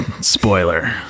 Spoiler